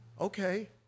okay